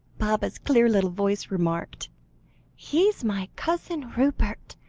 baba's clear little voice remarked he's my cousin rupert,